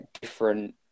different